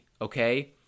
okay